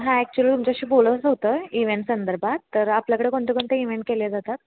हां ॲक्चुअली तुमच्याशी बोलवच होतं इव्हेंटसंदर्भात तर आपल्याकडे कोणते कोणते इवेंट केले जातात